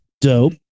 Dope